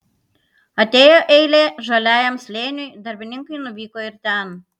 atėjo eilė žaliajam slėniui darbininkai nuvyko ir ten